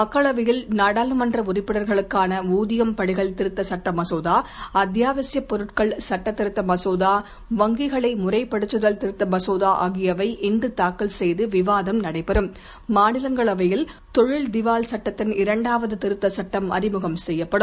மக்களவையில் நாடாளுமன்ற உறுப்பினர்களுக்கான ஊதியம் படிகள் திருத்த சுட்ட மசோதா அத்தியாவசிய பொருட்கள் சுட்ட திருத்த மசோதா வங்கிகளை முறைப்படுத்துதல் திருத்த மசோதா ஆகியவை இன்று தாக்கல் செய்து விவாதம் நடைபெறும் மாநிலங்களவையில் தொழில் திவால் சட்டத்தின் இரண்டாவது திருத்த சட்டம் அறிமுகம் செய்யப்படும்